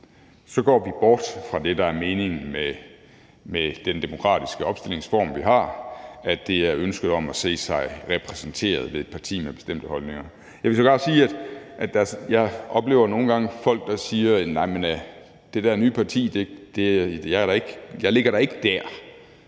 Så går vi bort fra det, der er meningen med den demokratiske opstillingsform, vi har, nemlig at det er ønsket om at se sig repræsenteret ved et parti med bestemte holdninger. Jeg vil sågar sige, at jeg nogle gange oplever folk, der siger om et nyt parti: Nej, jeg ligger da ikke der,